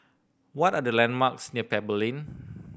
what are the landmarks near Pebble Lane